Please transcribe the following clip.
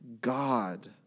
God